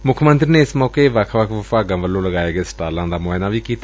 ਮੁੱਖ ਮੰਤਰੀ ਨੇ ਏਸ ਮੌਕੇ ਵੱਖ ਵੱਖ ਵਿਭਾਗਾਂ ਵੱਲੋਂ ਲਗਾਏ ਗਏ ਸਟਾਲਾਂ ਦਾ ਮੁਆਇਨਾ ਵੀ ਕੀਤਾ